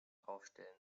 aufstellen